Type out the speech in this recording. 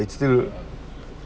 ya ya I still ah